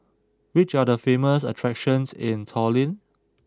which are the famous attractions in Tallinn